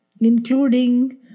including